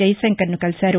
జైశంకర్ను కలిశారు